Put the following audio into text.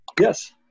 Yes